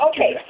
Okay